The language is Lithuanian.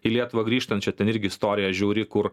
į lietuvą grįžtančio ten irgi istorija žiūri kur